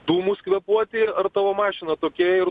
dūmus kvėpuoti ar tavo mašina tokia ir